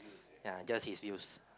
ya just his views